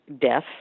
death